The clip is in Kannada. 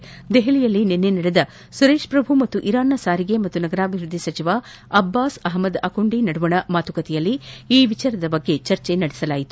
ನವದೆಹಲಿಯಲ್ಲಿ ನಿನ್ನೆ ನಡೆದ ಸುರೇಶ್ ಪ್ರಭು ಹಾಗೂ ಇರಾನ್ನ ಸಾರಿಗೆ ಮತ್ತು ನಗರಾಭಿವೃದ್ಧಿ ಸಚಿವ ಅಬ್ಬಾಸ್ ಅಹಮದ್ ಅಕುಂದಿ ನಡುವಿನ ಮಾತುಕತೆಯಲ್ಲಿ ಈ ವಿಷಯದ ಕುರಿತು ಚರ್ಚಿಸಲಾಗಿದೆ